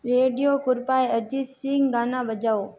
radio कृपया अरजीत सिंह गाना बजाओ